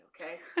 Okay